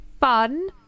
fun